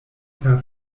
per